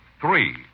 Three